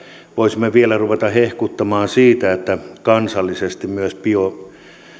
voisimme vielä ruveta hehkuttamaan siitä että kansallisesti myös biokaasun